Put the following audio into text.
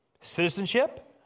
Citizenship